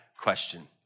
question